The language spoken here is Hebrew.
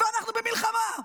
אנחנו במלחמה,